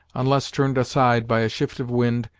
unless turned aside by a shift of wind,